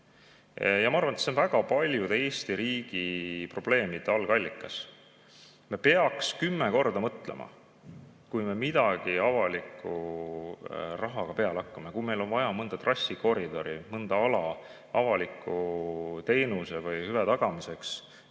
Ma arvan, et see on väga paljude Eesti riigi probleemide algallikas. Me peaks kümme korda mõtlema, enne kui me midagi avaliku rahaga peale hakkame. Kui meil on vaja mõnda trassikoridori, mõnda ala avaliku teenuse või hüve tagamiseks